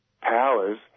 powers